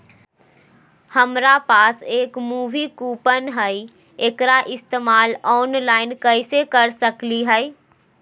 हमरा पास एक मूवी कूपन हई, एकरा इस्तेमाल ऑनलाइन कैसे कर सकली हई?